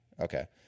okay